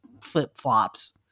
flip-flops